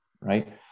right